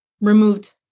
removed